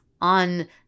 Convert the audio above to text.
on